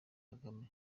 kagame